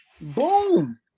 Boom